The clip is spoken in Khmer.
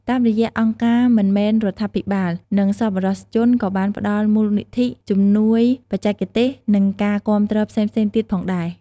តាមរយៈអង្គការមិនមែនរដ្ឋាភិបាល និងសប្បុរសជនក៏បានផ្ដល់ មូលនិធិ ជំនួយបច្ចេកទេស និង ការគាំទ្រផ្សេងៗទៀតផងដែរ។